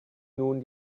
nun